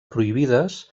prohibides